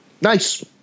Nice